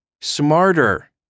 smarter